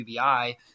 QBI